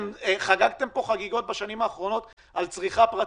חגגתם פה חגיגות בשנים האחרונות על צריכה פרטית,